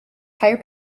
tire